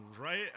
right